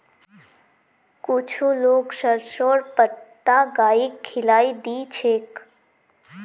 कुछू लोग सरसोंर पत्ता गाइक खिलइ दी छेक